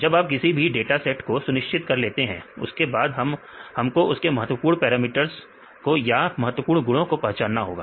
जब आप किसी डाटा सेट को सुनिश्चित कर लेते हैं उसके बाद हम को उसके महत्वपूर्ण पैरामीटर्स को या महत्वपूर्ण गुणों को पहचानना होगा